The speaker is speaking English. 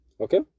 Okay